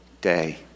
day